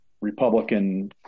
Republican